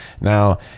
now